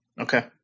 Okay